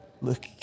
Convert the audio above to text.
Look